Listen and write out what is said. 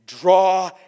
draw